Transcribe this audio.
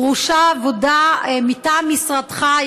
דרושה עבודה מטעם משרדך.